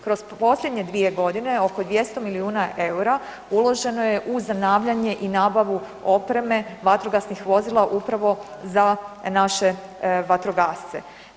Kroz posljednje 2 g., oko 200 milijuna eura uloženo je zanavljanje i nabavu opreme vatrogasnih vozila upravo za naše vatrogasce.